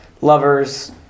lovers